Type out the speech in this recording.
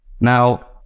Now